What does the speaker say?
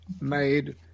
made